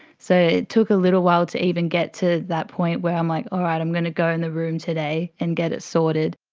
so it took a little while to even get to that point where i'm like, all right, i'm going to go in the room today and get it sorted.